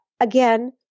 again